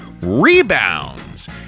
Rebounds